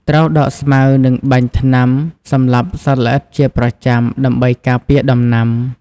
ត្រូវដកស្មៅ និងបាញ់ថ្នាំសម្លាប់សត្វល្អិតជាប្រចាំដើម្បីការពារដំណាំ។